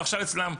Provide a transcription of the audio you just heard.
הוא עכשיו אצלם.